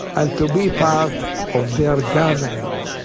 and to be part of their gathering,